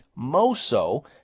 Moso